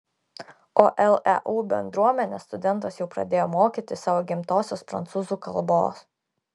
o leu bendruomenę studentas jau pradėjo mokyti savo gimtosios prancūzų kalbos